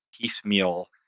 piecemeal